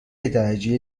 درجه